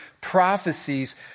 prophecies